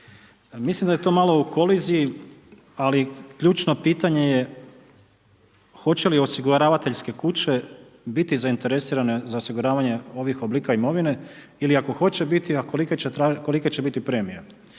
Mislim da je to malo u koliziji, ali ključno pitanje je hoće li osiguravateljske kuće biti zainteresirane za osiguravanje ovih oblika imovine ili ako hoće biti, a kolike će biti premije.